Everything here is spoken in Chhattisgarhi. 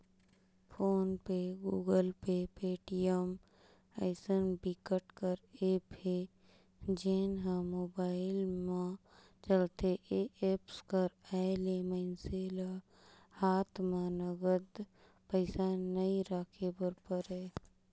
फोन पे, गुगल पे, पेटीएम अइसन बिकट कर ऐप हे जेन ह मोबाईल म चलथे ए एप्स कर आए ले मइनसे ल हात म नगद पइसा नइ राखे बर परय